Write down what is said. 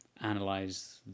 analyze